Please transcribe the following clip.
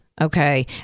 Okay